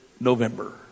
November